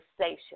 station